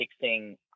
fixing